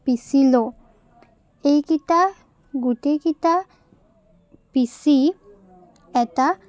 পিচি লওঁ এইকেইটা গোটেইকেইটা পিচি এটা